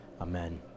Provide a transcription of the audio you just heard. Amen